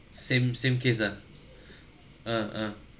same same case ah uh uh